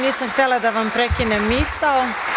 Nisam htela da vam prekinem misao.